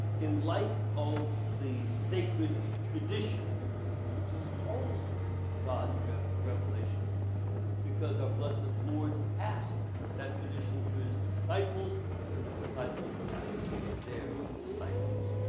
in light of the sacred tradition which is also god's revelation because our blessed and lord passed that tradition to his disciples and the disciples passed it to their disciples.